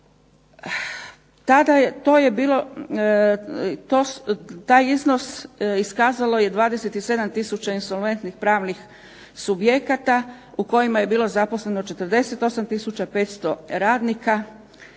Tada to je bilo, taj iznos iskazalo je 27 tisuća insolventnih pravnih subjekata u kojima je bilo zaposleno 48 tisuća 500 radnika,